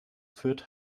führt